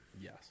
yes